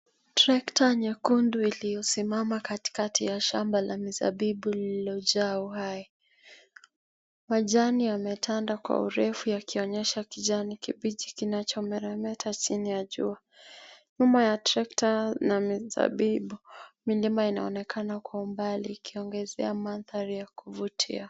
Trekta nyekundu iliyosimama katikati ya shamba la mizabibu lililojaa uhai. Majani yametanda kwa urefu yakionyesha kijani kibichi kinachomeremeta chini ya jua. Nyuma ya trekta na mizabibu milima inaonekana kwa umbali ikiongezea mandhari ya kuvutia.